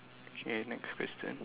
K next question